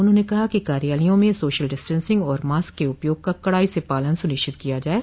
उन्होंने कहा कि कार्यालयों में सोशल डिस्टेंसिंग और मास्क के उपयोग का कड़ाई से पालन सुनिश्चित किया जाये